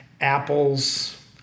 apples